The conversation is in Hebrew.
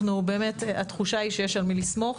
באמת התחושה היא שיש על מי לסמוך.